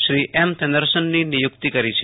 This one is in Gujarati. શ્રી એમ થેન્નારસનની નિયુક્તી કરી છે